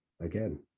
again